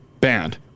Banned